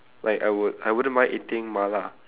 like I would I wouldn't mind eating mala